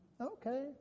Okay